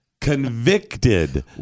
convicted